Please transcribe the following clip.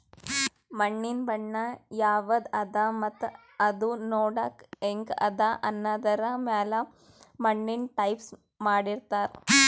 ಮಣ್ಣಿನ್ ಬಣ್ಣ ಯವದ್ ಅದಾ ಮತ್ತ್ ಅದೂ ನೋಡಕ್ಕ್ ಹೆಂಗ್ ಅದಾ ಅನ್ನದರ್ ಮ್ಯಾಲ್ ಮಣ್ಣಿನ್ ಟೈಪ್ಸ್ ಮಾಡಿರ್ತಾರ್